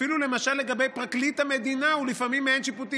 אפילו למשל פרקליט המדינה הוא לפעמים מעין-שיפוטי.